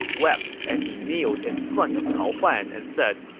wept as he kneeled in front of cao huan and said,